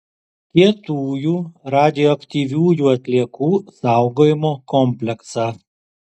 kietųjų radioaktyviųjų atliekų saugojimo kompleksą